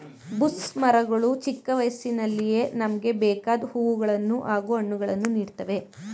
bush ಮರಗಳು ಚಿಕ್ಕ ವಯಸ್ಸಿನಲ್ಲಿಯೇ ನಮ್ಗೆ ಬೇಕಾದ್ ಹೂವುಗಳನ್ನು ಹಾಗೂ ಹಣ್ಣುಗಳನ್ನು ನೀಡ್ತವೆ